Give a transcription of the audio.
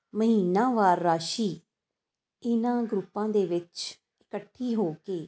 ਮਹੀਨਾਵਾਰ ਰਾਸ਼ੀ ਇਹਨਾਂ ਗਰੁੱਪਾਂ ਦੇ ਵਿੱਚ ਇਕੱਠੀ ਹੋ ਕੇ